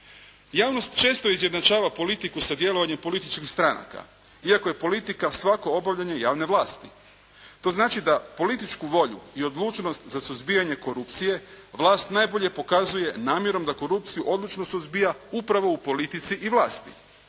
Javnost često izjednačava politiku sa djelovanjem političkih stranaka iako je politika svako obavljanje javne vlasti. To znači da političku volju i odlučnost za suzbijanje korupcije vlast najbolje pokazuje namjerom da korupciju odlučno suzbija upravo u politici i vlasti.